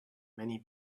many